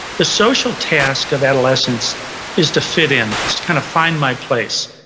the social task of adolescence is to fit in, is to kind of find my place.